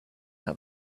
how